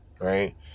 right